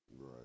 Right